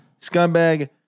scumbag